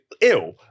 ill